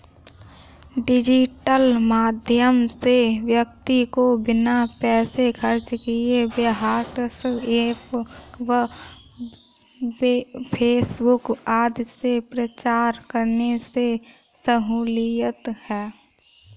digital माध्यम से व्यक्ति को बिना पैसे खर्च किए व्हाट्सएप व फेसबुक आदि से प्रचार करने में सहूलियत है